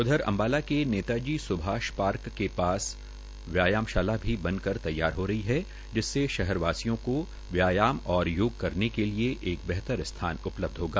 उधर अम्बाला में नेता जी सुभाष पार्क के पास व्यायाम शाला भी बन कर तैयार हो रही है जिसमें शहर वासियों को व्यायाम और योग करने के लिए एक बेहतर स्थान उपलब्ध होगा